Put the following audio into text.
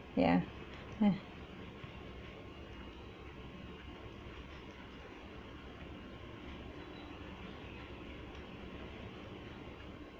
ya uh